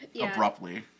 abruptly